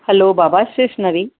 hello बाबा stationery